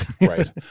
right